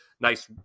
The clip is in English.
nice